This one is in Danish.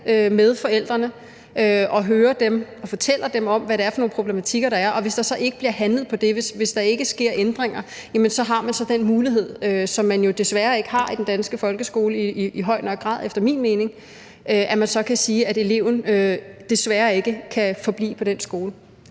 med forældrene og hører dem og fortæller dem om, hvad det er for nogle problematikker, der er, og hvis der ikke bliver handlet på det og der ikke sker ændringer, har man den mulighed, som man jo desværre ikke har i den danske folkeskole i høj nok grad, efter min mening, at man så kan sige, at eleven desværre ikke kan forblive på den skole.